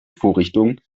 vorrichtung